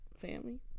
Family